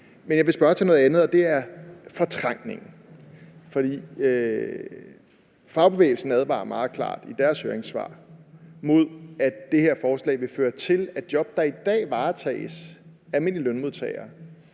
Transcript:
jeg vil spørge til noget andet, og det er fortrængningen. For fagbevægelsen advarer meget klart i deres høringssvar om, af det her forslag vil føre til, at mennesker i job, der i dag varetages af almindelige lønmodtagere,